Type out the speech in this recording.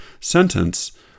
sentence